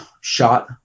shot